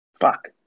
Fuck